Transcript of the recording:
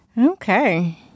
Okay